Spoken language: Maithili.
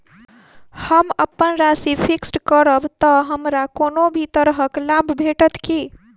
हम अप्पन राशि फिक्स्ड करब तऽ हमरा कोनो भी तरहक लाभ भेटत की?